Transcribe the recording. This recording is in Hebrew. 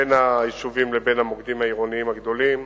בין היישובים לבין המוקדים העירוניים הגדולים,